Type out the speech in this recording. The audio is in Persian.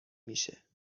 میشه